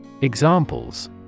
Examples